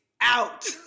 out